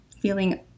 feeling